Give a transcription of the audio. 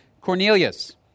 Cornelius